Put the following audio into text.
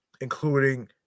including